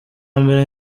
mbere